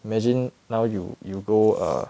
imagine now you you go err